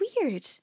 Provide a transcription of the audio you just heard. weird